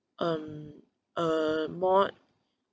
um uh more